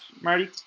Marty